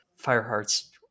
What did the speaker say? Fireheart's